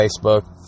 Facebook